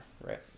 right